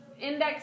index